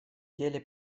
деле